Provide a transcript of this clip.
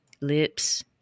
lips